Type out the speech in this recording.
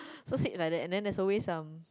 first sit like that and then there is always some